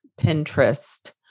Pinterest